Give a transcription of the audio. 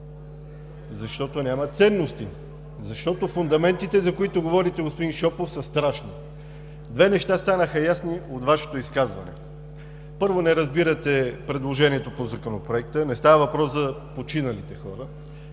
защото няма ценности, защото фундаментите, за които говорите, господин Шопов, са страшни. Две неща станаха ясни от Вашето изказване. Първо, не разбирате предложението по Законопроекта. Не става въпрос за починалите хора.